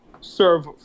serve